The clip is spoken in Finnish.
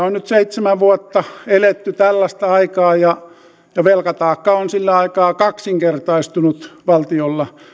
on seitsemän vuotta eletty tällaista aikaa että velkataakka on sillä aikaa kaksinkertaistunut valtiolla